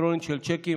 אלקטרונית של שיקים,